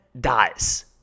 dies